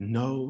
no